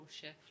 shift